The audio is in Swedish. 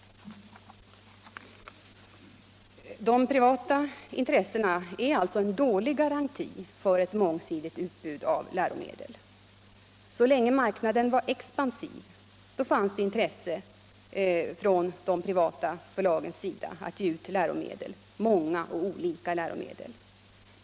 De privata intressena är alltså en dålig garanti för ett mångsidigt utbud av läromedel. Så länge marknaden var expansiv fanns det intresse från de privata förlagens sida att ge ut läromedel — många och olika läromedel.